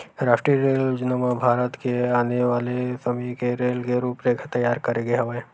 रास्टीय रेल योजना म भारत के आने वाले समे के रेल के रूपरेखा तइयार करे गे हवय